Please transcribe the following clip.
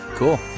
cool